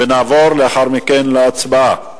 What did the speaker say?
ונעבור לאחר מכן להצבעה.